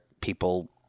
people